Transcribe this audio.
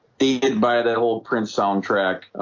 dated by the old print soundtrack